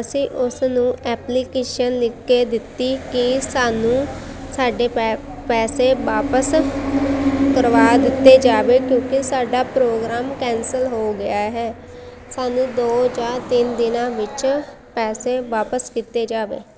ਅਸੀਂ ਉਸ ਨੂੰ ਐਪਲੀਕੇਸ਼ਨ ਲਿਖ ਕੇ ਦਿੱਤੀ ਕਿ ਸਾਨੂੰ ਸਾਡੇ ਪੈ ਪੈਸੇ ਵਾਪਸ ਕਰਵਾ ਦਿੱਤੇ ਜਾਵੇ ਕਿਉਂਕਿ ਸਾਡਾ ਪ੍ਰੋਗਰਾਮ ਕੈਂਸਲ ਹੋ ਗਿਆ ਹੈ ਸਾਨੂੰ ਦੋ ਜਾਂ ਤਿੰਨ ਦਿਨਾਂ ਵਿੱਚ ਪੈਸੇ ਵਾਪਸ ਕੀਤੇ ਜਾਵੇ